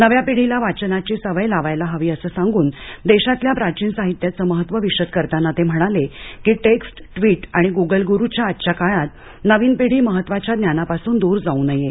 नव्या पिढीला वाचनाची सवय लावायला हवी असं सांगून देशातल्या प्राचीन साहित्याचं महत्त्व विषद करताना ते म्हणाले की टेक्स्ट ट्वीट आणि गुगल गुरुच्या आजच्या काळात नवीन पिढी महत्त्वाच्या ज्ञानापासून दूर जाऊ नये